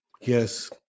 Yes